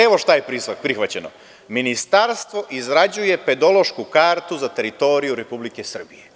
Evo šta je prihvaćeno: „Ministarstvo izrađuje pedološku kartu za teritoriju Republike Srbije.